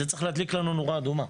זה צריך להדליק לנו נורה אדומה.